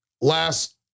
Last